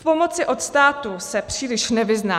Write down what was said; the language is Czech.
V pomoci od státu se příliš nevyzná.